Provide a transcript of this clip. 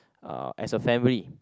uh as a family